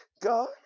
God